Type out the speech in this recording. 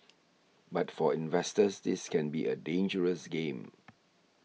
but for investors this can be a dangerous game